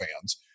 fans